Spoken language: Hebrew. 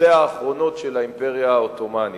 שנותיה האחרונות של האימפריה העות'מאנית.